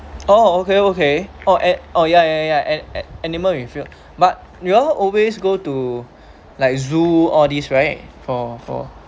oh okay okay oh an~ oh ya ya ya an an animal with fur but you all always go to like zoo all these right for for